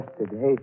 Yesterday